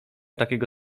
takiego